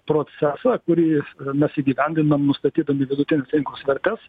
procesą kurį mes įgyvendinam nustatydami vidutines rinkos vertes